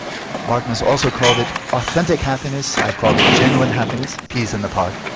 martin has also called it authentic happiness, i've called it genuine happiness peas in the pod.